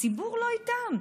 הציבור לא איתם.